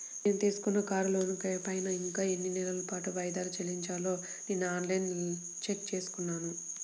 నేను తీసుకున్న కారు లోనుపైన ఇంకా ఎన్ని నెలల పాటు వాయిదాలు చెల్లించాలో నిన్నఆన్ లైన్లో చెక్ చేసుకున్నాను